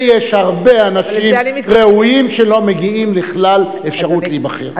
ויש הרבה אנשים ראויים שלא מגיעים לכלל אפשרות להיבחר.